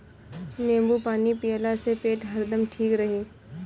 नेबू पानी पियला से पेट हरदम ठीक रही